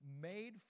made